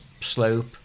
slope